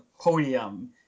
podium